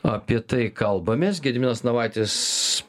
apie tai kalbamės gediminas navaitis